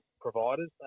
providers